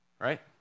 Right